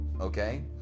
Okay